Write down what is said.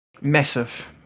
massive